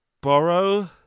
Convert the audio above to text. borrow